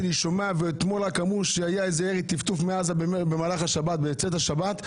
אתמול אמרו שהיה ירי טפטוף מעזה במהלך השבת ובצאת השבת,